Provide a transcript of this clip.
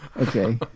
Okay